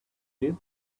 live